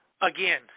again